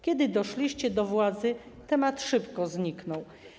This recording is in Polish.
Kiedy doszliście do władzy, temat szybko zniknął.